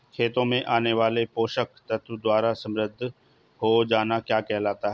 खेतों में आने वाले पोषक तत्वों द्वारा समृद्धि हो जाना क्या कहलाता है?